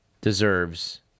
deserves